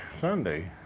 Sunday